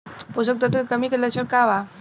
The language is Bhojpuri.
पोषक तत्व के कमी के लक्षण का वा?